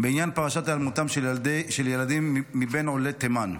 בעניין פרשת היעלמותם של ילדים מבין עולי תימן.